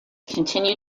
continue